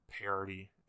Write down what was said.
parity